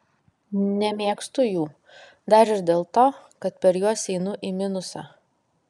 nemėgstu jų dar ir dėl to kad per juos einu į minusą